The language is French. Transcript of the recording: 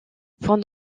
point